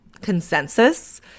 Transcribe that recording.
consensus